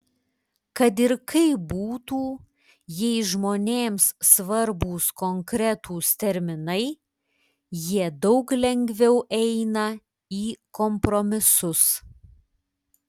kad ir kaip būtų jei žmonėms svarbūs konkretūs terminai jie daug lengviau eina į kompromisus